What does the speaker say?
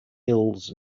hills